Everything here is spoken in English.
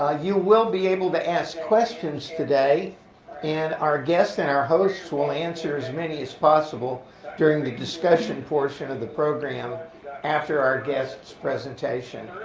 ah you will be able to ask questions today and our guest and our hosts will answer as many as possible during the discussion portion of the program after our guest's presentation.